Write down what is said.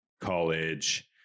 college